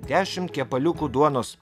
dešimt kepaliukų duonos